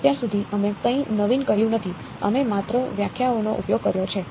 અત્યાર સુધી અમે કંઇ નવીન કર્યું નથી અમે માત્ર વ્યાખ્યાઓનો ઉપયોગ કર્યો છે